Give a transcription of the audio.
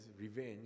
revenge